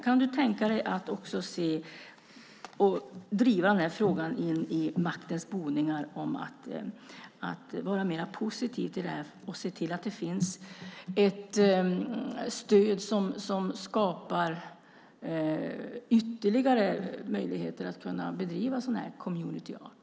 Kan du tänka dig att i maktens boningar driva frågan om att vara mer positiv till det här och se till att det finns ett stöd som skapar ytterligare möjligheter att bedriva community art?